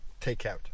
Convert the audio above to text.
Takeout